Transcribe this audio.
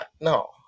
No